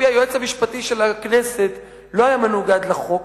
היועץ המשפטי של הכנסת לא היה מנוגד לחוק,